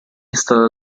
stata